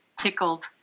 tickled